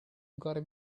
gotta